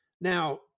Now